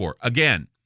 Again